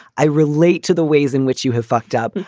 i relate to the ways in which you have fucked up.